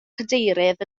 cadeirydd